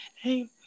Hey